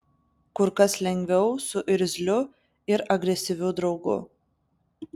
kur kas lengviau su irzliu ir agresyviu draugu